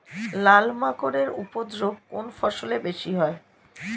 লাল মাকড় এর উপদ্রব কোন ফসলে বেশি হয়?